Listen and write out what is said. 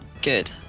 Good